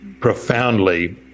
profoundly